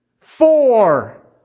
Four